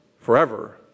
forever